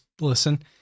listen